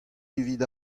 evit